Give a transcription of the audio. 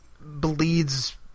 bleeds